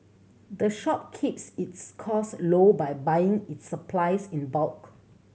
the shop keeps its cost low by buying its supplies in bulk